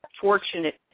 fortunate